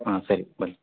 ಹಾಂ ಸರಿ ಬನ್ನಿ